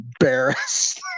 embarrassed